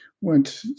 went